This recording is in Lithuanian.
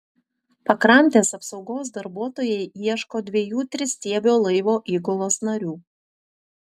pakrantės apsaugos darbuotojai ieško dviejų tristiebio laivo įgulos narių